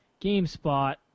GameSpot